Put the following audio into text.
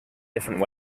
different